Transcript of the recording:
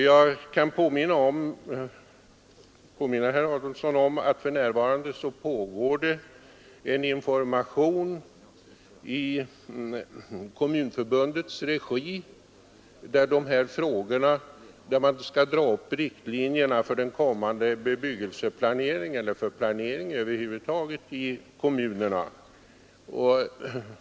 Jag kan påminna herr Adolfsson om att det för närvarande pågår en informationsverksamhet i Kommunförbundets regi, där man skall dra upp riktlinjerna för kommande bebyggelseplanering och planering över huvud taget i kommunerna.